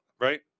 Right